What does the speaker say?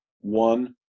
One